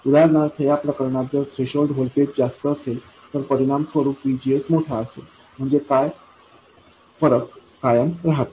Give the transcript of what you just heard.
उदाहरणार्थ या प्रकरणात जर थ्रेशोल्ड व्होल्टेज जास्त असेल तर परिणाम स्वरूप VGS मोठा असेल म्हणजे फरक कायम राहतो